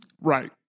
Right